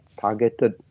targeted